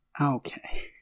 Okay